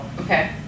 Okay